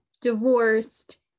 divorced